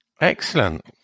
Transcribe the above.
Excellent